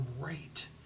great